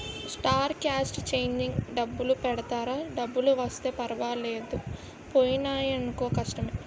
star cast changing డబ్బులు పెడతారా డబ్బులు వస్తే పర్వాలేదు పోయినాయనుకో కష్టమే